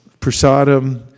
prasadam